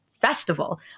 festival